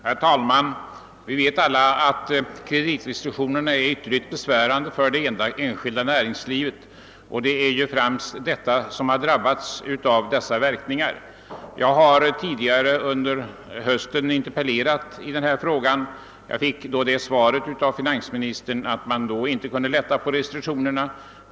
Herr talman! Vi vet alla att kreditrestriktionerna är ytterligt besvärande för det enskilda näringslivet, vilket främst drabbas av verkningarna av restriktionerna. När jag i höstas interpellerade i denna fråga fick jag det svaret av finansministern, att man inte kunde lätta på restriktionerna.